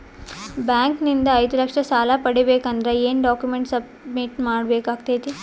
Bank ನಿಂದ ಐದು ಲಕ್ಷ ಸಾಲ ಪಡಿಬೇಕು ಅಂದ್ರ ಏನ ಡಾಕ್ಯುಮೆಂಟ್ ಸಬ್ಮಿಟ್ ಮಾಡ ಬೇಕಾಗತೈತಿ?